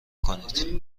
کنید